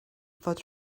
fod